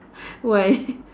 why